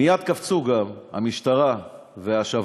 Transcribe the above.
מייד קפצו גם המשטרה והשב"ס,